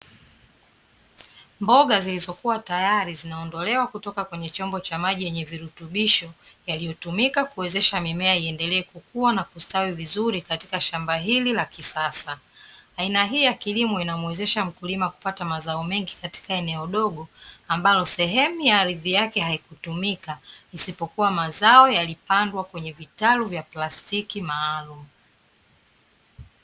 Mboga zilizokuwa tayari zinaondolewa kutoka kwenye chombo cha maji yenye virutubisho, yaliyotumika kuwezesha mimea iendelee kukua na kustawi vizuri katika shamba hili la kisasa. Aina hii ya kilimo inamwezesha mkulima kupata mazao mengi katika eneo dogo, ambalo sehemu ya ardhi yake haikutumika, isipokuwa mazao yalipandwa kwenye vitalu vya plastiki maalumu.